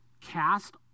Cast